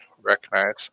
recognize